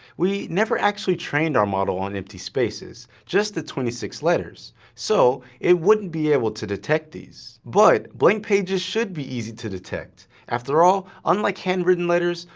we never actually trained our model on empty spaces, just the twenty six letters, so it wouldn't be able to detect these. but blank pages should be easy to detect. after all, unlike handwritten letters,